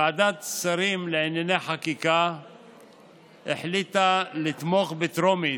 ועדת השרים לענייני חקיקה החליטה לתמוך בקריאה טרומית,